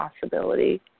possibility